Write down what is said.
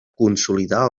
consolidar